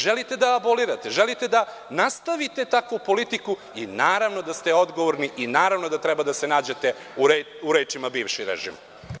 Želite da abolirate, želite da nastavite takvu politiku i naravno da ste odgovorni i naravno da treba da se nađete u rečima - bivši režim.